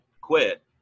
quit